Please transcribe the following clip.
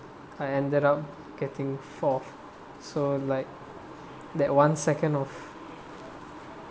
I ended up getting fourth so like that one second of